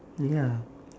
ya